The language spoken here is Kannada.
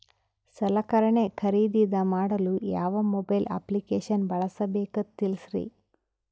ಸಲಕರಣೆ ಖರದಿದ ಮಾಡಲು ಯಾವ ಮೊಬೈಲ್ ಅಪ್ಲಿಕೇಶನ್ ಬಳಸಬೇಕ ತಿಲ್ಸರಿ?